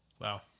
Wow